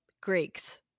Greeks